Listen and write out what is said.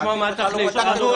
לא